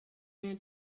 man